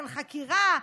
אין חקירה,